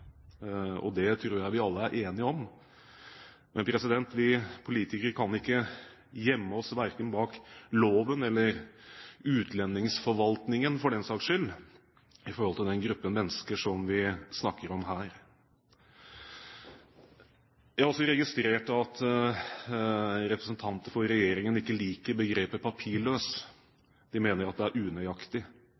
alle. Det tror jeg vi alle er enige om. Men vi politikere kan ikke gjemme oss verken bak loven eller utlendingsforvaltningen, for den saks skyld, i forhold til den gruppen mennesker som vi snakker om her. Jeg har også registrert at representanter for regjeringen ikke liker begrepet «papirløs». De mener at det er unøyaktig.